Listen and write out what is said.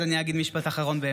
אז אני באמת אגיד משפט אחרון.